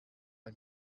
ein